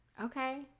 Okay